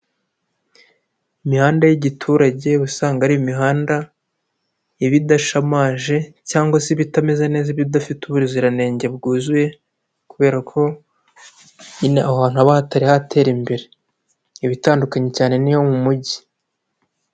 Imihanda y'igiturage uba usanga ari imihanda iba idashamaje cyangwa se iba itameze neza, iba idafite ubuziranenge bwuzuye, kubera ko nyine aho hantu haba hatari hatera imbere iba itandukanye cyane n'iyo mu mujyi.